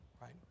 right